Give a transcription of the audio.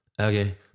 okay